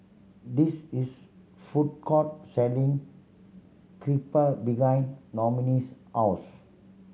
this is food court selling Crepe behind Noemie's house